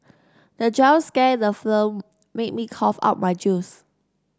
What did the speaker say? the jump scare in the film made me cough out my juice